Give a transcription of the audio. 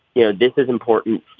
you know this is important